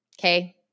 okay